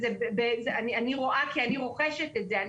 אני חושבת שזה הכי חשוב,